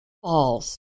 falls